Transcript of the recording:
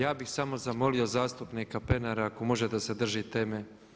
Ja bi samo zamolio zastupnika Pernara ako može da se drži teme.